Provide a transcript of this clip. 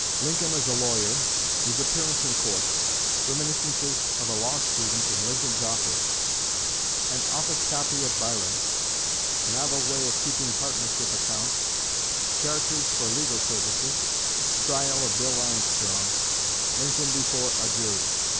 lincoln as a lawyer his appearance in court reminiscences of a law-student in lincoln's office an office copy of byron novel way of keeping partnership accounts charges for legal services trial of bill armstrong lincoln before a jury